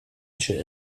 esche